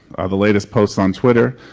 the latest posts on twitter,